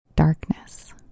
darkness